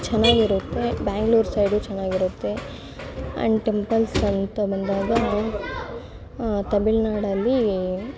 ಚೆನ್ನಾಗಿರುತ್ತೆ ಬೆಂಗ್ಳೂರು ಸೈಡು ಚೆನ್ನಾಗಿರುತ್ತೆ ಆ್ಯಂಡ್ ಟೆಂಪಲ್ಸಂತ ಬಂದಾಗ ತಮಿಳ್ನಾಡಲ್ಲಿ